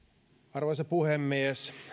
arvoisa puhemies